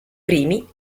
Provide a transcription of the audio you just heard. primi